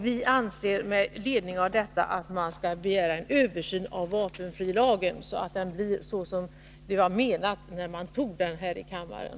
Vi anser mot bakgrund av detta att riksdagen skall begära en översyn av vapenfrilagen, så att det blir såsom det var menat när man antog den lagen här i kammaren.